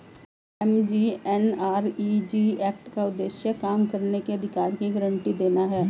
MGNREG act का उद्देश्य काम करने के अधिकार की गारंटी देना है